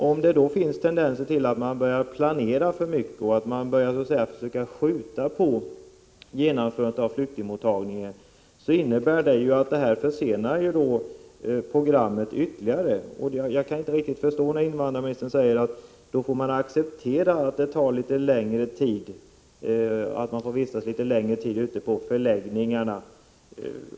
Om det då finns tendenser till att man planerar för mycket och skjuter på genomförandet av flyktingmottagningen, så innebär det att programmet försenas ytterligare. Jag kan inte riktigt förstå när invandrarministern säger att man då får acceptera att det tar litet längre tid, att flyktingarna får vistas litet längre ute på förläggningarna.